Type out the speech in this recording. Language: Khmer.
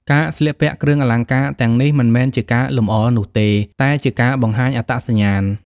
ការស្លៀកពាក់គ្រឿងអលង្ការទាំងនេះមិនមែនជាការលម្អនោះទេ តែជាការបង្ហាញអត្តសញ្ញាណ។